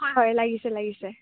হয় হয় লাগিছে লাগিছে